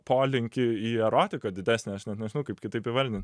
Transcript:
polinkį į erotiką didesnį aš nežinau kaip kitaip įvardint